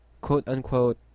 quote-unquote